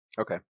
Okay